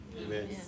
Amen